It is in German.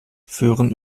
führen